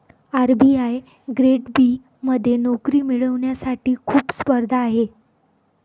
RBI grade B मध्ये नोकरी मिळवण्यासाठी खूप स्पर्धा आहे